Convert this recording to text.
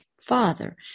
Father